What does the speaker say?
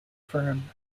firm